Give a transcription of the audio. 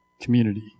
community